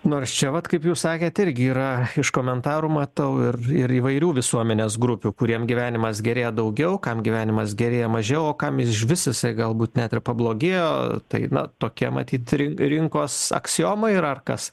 nors čia vat kaip jūs sakėt irgi yra iš komentarų matau ir ir įvairių visuomenės grupių kuriem gyvenimas gerėja daugiau kam gyvenimas gerėja mažiau o kam išvis jisai galbūt net ir pablogėjo tai na tokia matyt rin rinkos aksioma yra ar kas